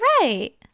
right